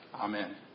Amen